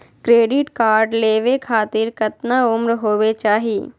Credit card लेवे खातीर कतना उम्र होवे चाही?